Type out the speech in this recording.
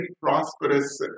prosperous